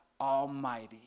Almighty